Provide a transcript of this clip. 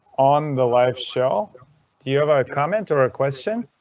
on the live show! do you have ah a comment or a question?